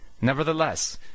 Nevertheless